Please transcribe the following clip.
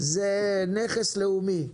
זה נכס לאומי.